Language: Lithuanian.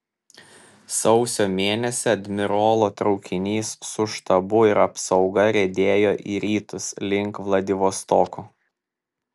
sausio mėnesį admirolo traukinys su štabu ir apsauga riedėjo į rytus link vladivostoko